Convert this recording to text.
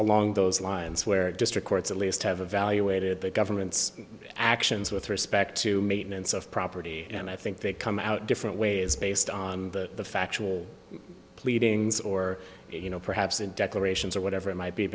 along those lines where district courts at least have a value weighted the government's actions with respect to maintenance of property and i think they come out different ways based on the factual pleadings or you know perhaps in declarations or whatever it might be